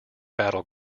battle